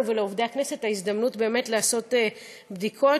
ולעובדי הכנסת את ההזדמנות באמת לעשות בדיקות,